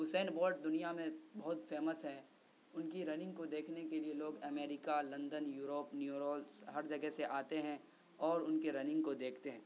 Usain Bolt دنیا میں بہت فیمس ہیں ان کی رننگ کو دیکھنے کے لیے لوگ امیرکہ لندن یوروپ نیو رولس ہر جگہ سے آتے ہیں اور ان کے رننگ کو دیکھتے ہیں